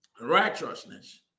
Righteousness